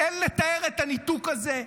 אין לתאר את הניתוק הזה.